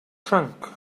trunk